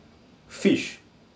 fish